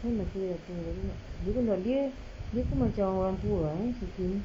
ni laki dia dah tua tapi dia pun macam orang tua ah eh